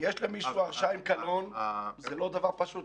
למישהו הרשעה עם קלון זה לא דבר פשוט,